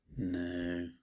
No